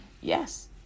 Yes